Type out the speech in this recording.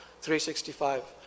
365